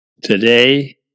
Today